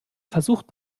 versucht